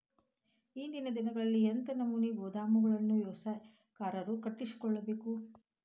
ಇಂದಿನ ದಿನಗಳಲ್ಲಿ ಎಂಥ ನಮೂನೆ ಗೋದಾಮುಗಳನ್ನು ವ್ಯವಸಾಯಗಾರರು ಕಟ್ಟಿಸಿಕೊಳ್ಳಬೇಕು?